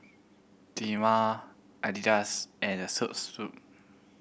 Dilmah Adidas and The